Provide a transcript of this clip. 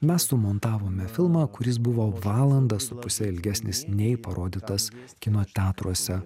mes sumontavome filmą kuris buvo valanda su puse ilgesnis nei parodytas kino teatruose